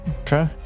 Okay